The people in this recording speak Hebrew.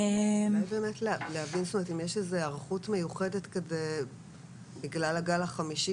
חשוב להבין אם יש היערכות מיוחדת בגלל הגל החמישי